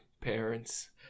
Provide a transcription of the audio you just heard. parents